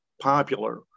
popular